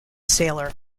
sailor